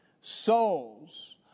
Souls